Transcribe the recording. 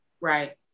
Right